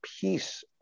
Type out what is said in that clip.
piece